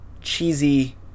cheesy